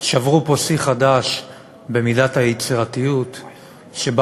שברו פה שיא חדש במידת היצירתיות שבה